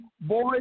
boys